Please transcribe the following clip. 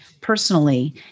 personally